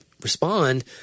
respond